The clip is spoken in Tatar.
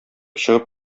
чыгып